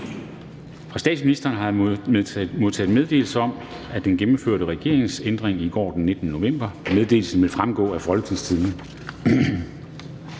Fra statsministeren har jeg modtaget meddelelse om den gennemførte regeringsændring i går den 19. november. Meddelelsen vil fremgå af Folketingstidende